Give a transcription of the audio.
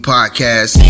Podcast